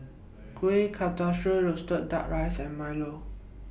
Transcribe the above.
Kueh Kasturi Roasted Duck Rice and Milo